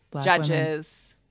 judges